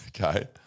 Okay